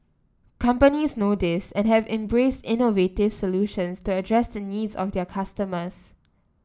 companies know this and have embraced innovative solutions to address the needs of their customers